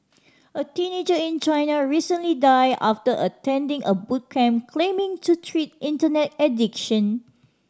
a teenager in China recently died after attending a boot camp claiming to treat Internet addiction